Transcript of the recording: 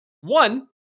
One